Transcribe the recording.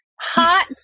hot